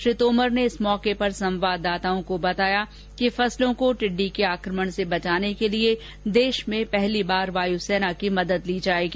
श्री तोमर ने इस अवसर पर संवाददाताओं को बताया कि फसलों को टिड्डी के आक्रमण से बचाने के लिए देश में पहली बार वायुसेना की मदद ली जायेगी